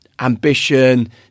ambition